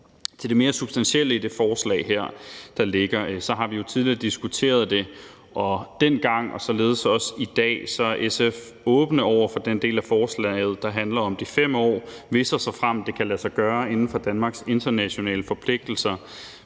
Til det mere substantielle i det forslag, der ligger her, vil jeg sige, at vi jo tidligere har diskuteret det, og SF er i dag, som vi var dengang, åbne over for den del af forslaget, der handler om de 5 år, hvis og såfremt det kan lade sig gøre inden for Danmarks internationale forpligtelser,